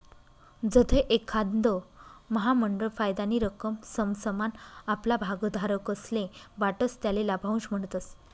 जधय एखांद महामंडळ फायदानी रक्कम समसमान आपला भागधारकस्ले वाटस त्याले लाभांश म्हणतस